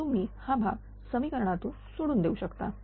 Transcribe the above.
तर तुम्ही हा भाग समीकरणातून सोडून देऊ शकता